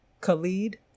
khalid